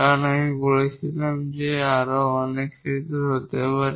কারণ আমি বলেছিলাম যে আরও অনেক ক্ষেত্রে হতে পারে